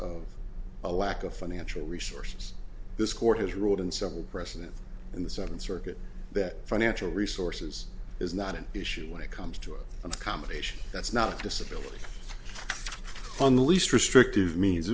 of a lack of financial resources this court has ruled in several precedents in the second circuit that financial resources is not an issue when it comes to an accommodation that's not a disability on the least restrictive means